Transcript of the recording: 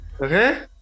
Okay